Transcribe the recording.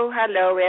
hello